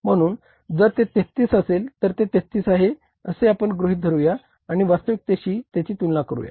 म्ह्णून जर ते 33 असेल तर ते 33 आहे असे आपण गृहीत धरूया आणि वास्तविकतेशी त्याची तुलना करूया